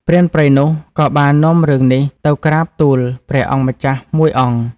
ព្រានព្រៃនោះក៏បាននាំរឿងនេះទៅក្រាបទូលព្រះអង្គម្ចាស់មួយអង្គ ។